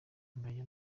ngayo